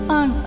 on